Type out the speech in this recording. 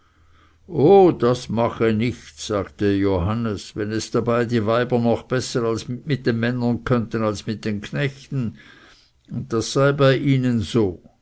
oh das mache nichts sagte johannes wenn es da bei die weiber noch besser mit den männern könnten als mit den knechten und das sei bei ihnen so